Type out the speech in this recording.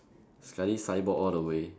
sekali cyborg all the way